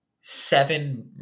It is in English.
seven